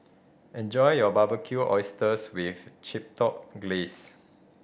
enjoy your Barbecued Oysters with Chipotle Glaze